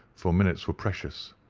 for minutes were precious,